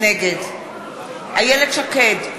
נגד איילת שקד,